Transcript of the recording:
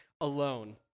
alone